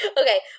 Okay